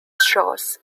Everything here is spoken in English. shores